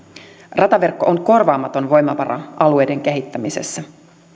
rataverkko on korvaamaton voimavara alueiden kehittämisessä